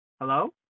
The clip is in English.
Hello